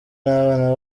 n’abana